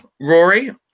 Rory